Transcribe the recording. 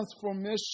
transformation